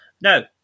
Now